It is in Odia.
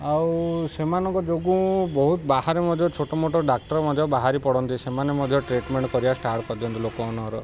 ଆଉ ସେମାନଙ୍କ ଯୋଗୁଁ ବହୁତ ବାହାରେ ମଧ୍ୟ ଛୋଟ ମୋଟ ଡାକ୍ତର ମଧ୍ୟ ବାହାରି ପଡ଼ନ୍ତି ସେମାନେ ମଧ୍ୟ ଟ୍ରିଟମେଣ୍ଟ କରିବା ଷ୍ଟାର୍ଟ କରନ୍ତି ଲୋକମାନଙ୍କର